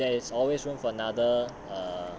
one there's there is always room for another